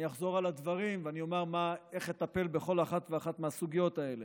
אני אחזור על הדברים ואומר איך אטפל בכל אחת ואחת מהסוגיות האלה.